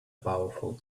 powerful